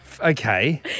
okay